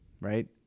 Right